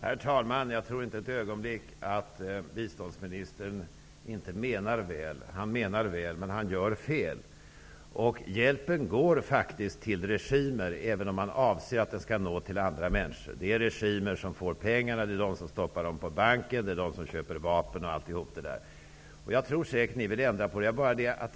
Herr talman! Jag tror inte ett ögonblick att biståndsministern inte menar väl. Han menar väl, men gör fel. Hjälpen går faktiskt till regimer, även om den avses att gå till andra människor. Hjälpen går till regimer som sätter in pengarna på banken, köper vapen, osv. Jag tror säkert att ni vill ändra på detta.